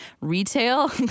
Retail